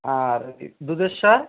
আর এ দুধেশ্বর